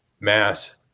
mass